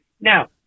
Now